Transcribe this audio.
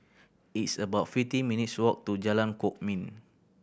it's about fifty minutes' walk to Jalan Kwok Min